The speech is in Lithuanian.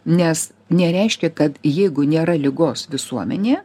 nes nereiškia kad jeigu nėra ligos visuomenėje